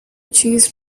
cheese